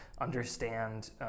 understand